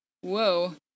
whoa